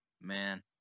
Man